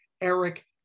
Eric